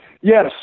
Yes